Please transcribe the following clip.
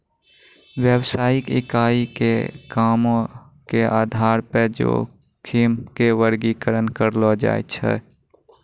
व्यवसायिक इकाई के कामो के आधार पे जोखिम के वर्गीकरण करलो जाय छै